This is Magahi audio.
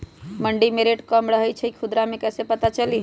मंडी मे रेट कम रही छई कि खुदरा मे कैसे पता चली?